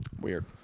Weird